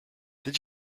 did